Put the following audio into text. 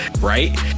right